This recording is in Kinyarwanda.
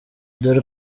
dore